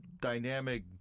dynamic